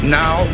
now